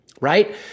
right